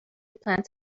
plants